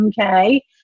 Okay